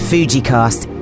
Fujicast